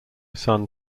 sun